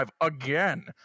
again